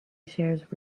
shares